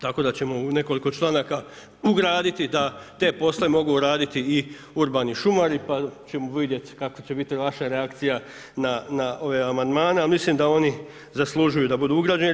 Tako da ćemo u nekoliko članaka ugraditi da te poslove mogu raditi i urbani šumari pa ćemo vidjeti kakva će biti vaša reakcija na ove amandmane, a mislim da oni zaslužuju da budu ugrađeni.